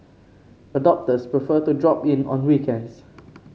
adopters prefer to drop in on weekends